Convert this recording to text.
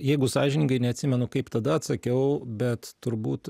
jeigu sąžiningai neatsimenu kaip tada atsakiau bet turbūt